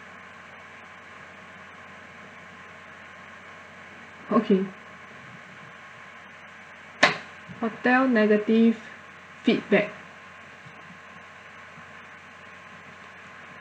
okay hotel negative feedback